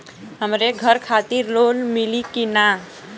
हमरे घर खातिर लोन मिली की ना?